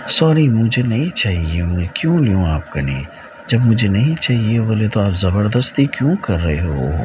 sorry مجھے نہیں چاہیے میں کیوں لوں آپ کا نے جب مجھے نہیں چاہیے بولے تو آپ زبردستی کیوں کر رہے ہو